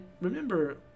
remember